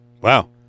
Wow